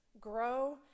grow